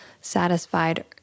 satisfied